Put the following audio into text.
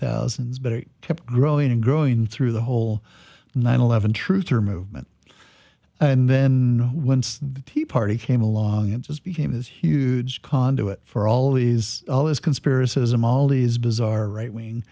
thousands but it kept growing and growing through the whole nine eleven truth movement and then when the tea party came along it just became this huge conduit for all these all these conspiracy as a mali's bizarre right wing